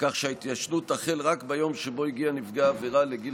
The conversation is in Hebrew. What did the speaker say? כך שההתיישנות תחל רק ביום שבו הגיע נפגע העבירה לגיל